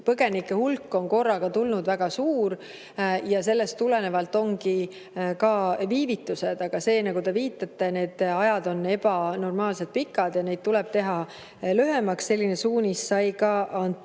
põgenike hulk on korraga väga suur. Sellest tulenevalt ongi viivitused, aga nagu te viitate, need ajad on ebanormaalselt pikad ja neid tuleb teha lühemaks. Selline suunis sai ka antud.